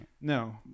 no